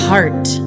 heart